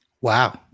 Wow